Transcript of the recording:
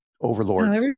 overlords